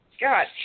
God